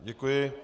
Děkuji.